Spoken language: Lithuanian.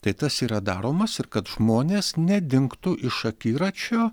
tai tas yra daromas ir kad žmonės nedingtų iš akiračio